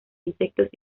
insectos